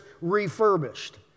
refurbished